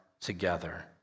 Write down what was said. together